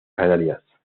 canarias